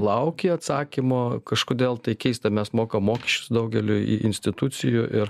lauki atsakymo kažkodėl tai keista mes mokam mokesčius daugeliui institucijų ir